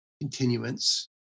continuance